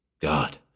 God